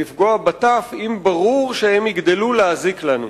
"לפגוע בטף אם ברור שהם יגדלו להזיק לנו".